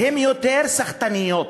הן יותר סחטניות,